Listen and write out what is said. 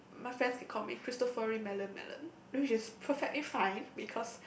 my friends they call me cristofori melon melon which is perfectly fine because